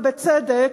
ובצדק,